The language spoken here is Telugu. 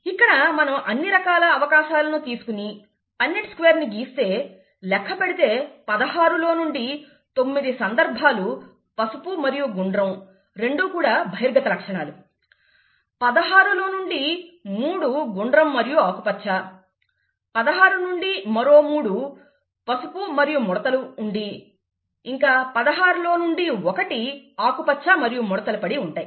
ఇక్కడ మనం అన్ని రకాల అవకాశాలను తీసుకుని పన్నెట్ స్క్వేర్ ని గీస్తే లెక్క పెడితే 16 లో నుండి తొమ్మిది సందర్భాలు పసుపు మరియు గుండ్రం రెండు కూడా బహిర్గత లక్షణాలు 16 లో నుండి మూడు గుండ్రం మరియు ఆకుపచ్చ 16 నుండి మరో మూడు పసుపు మరియు ముడతలు ఉండి ఇంకా 16 లో నుండి 1 ఆకుపచ్చ మరియు ముడతలు పడి ఉంటాయి